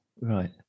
Right